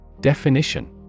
Definition